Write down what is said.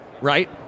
right